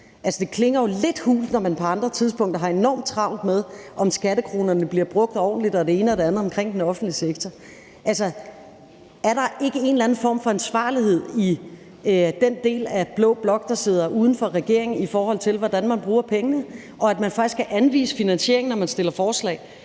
Det klinger jo lidt hult, når man på andre tidspunkter har enormt travlt med, om skattekronerne bliver brugt ordentligt, og det ene og det andet omkring den offentlige sektor. Er der ikke en eller anden form for ansvarlighed i den del af blå blok, der sidder uden for regeringen, i forhold til hvordan man bruger pengene og man faktisk skal anvise finansiering, når man fremsætter forslag?